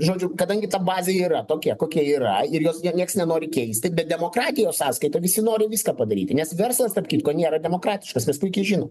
žodžiu kadangi ta bazė yra tokia kokia yra ir jos niek s nenori keisti bet demokratijos sąskaita visi nori viską padaryti nes verslas tarp kitko nėra demokratiškas mes puikiai žinom